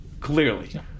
clearly